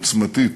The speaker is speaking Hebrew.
עוצמתית,